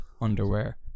underwear